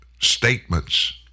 statements